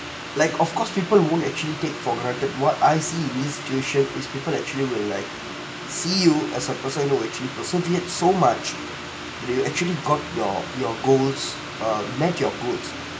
like of course people won't actually take for granted what I see is situation is people actually will like see you as a person who actually persevere so much you actually got your your goals uh met your goals